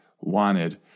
wanted